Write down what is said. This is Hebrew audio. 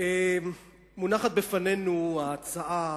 מונחת בפנינו ההצעה